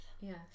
Yes